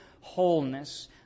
wholeness